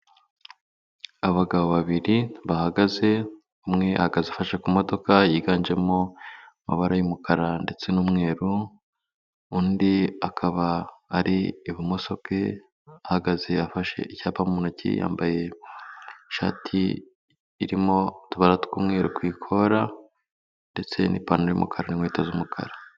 Abagabo babiri bahagaze, umwe ahagaze afashe ku modoka yiganjemo amabara y'umukara ndetse n'umweru, undi akaba ari ibumoso bwe, ahagaze afashe icyapa mu ntoki. Yambaye ishati irimo utubara tw'umweru ku ikora ndetse n'ipantaro y'umukara n'inkweto z'umukara.